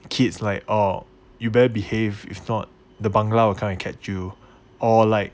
kids like oh you better behave if not the bangla will come and catch you or like